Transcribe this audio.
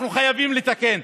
אנחנו חייבים לתקן.